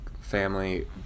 family